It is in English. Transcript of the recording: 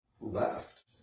left